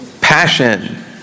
passion